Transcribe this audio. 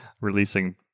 releasing